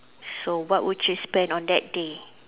so what would you spend on that day